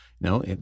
No